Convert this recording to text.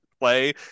play